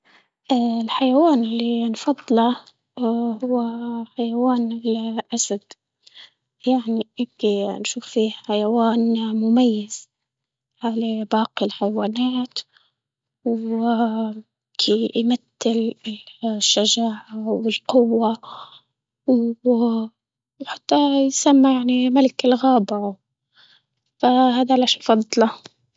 آآ الحيوان اللي نفضله وهو حيوان الأسد، يعني شوفي حيوان مميز عليه باقي الحيوانات وآآ كيمتل الشجاعة والقوة وحتى يسمى يعني ملك الغابة، فهذا لشفط له.